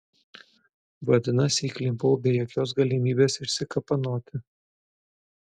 vadinasi įklimpau be jokios galimybės išsikapanoti